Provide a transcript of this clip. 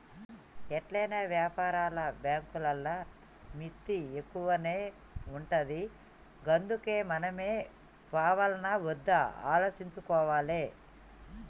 ఎట్లైనా వ్యాపార బాంకులల్ల మిత్తి ఎక్కువనే ఉంటది గందుకే మనమే పోవాల్నా ఒద్దా ఆలోచించుకోవాలె